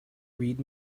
read